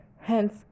Hence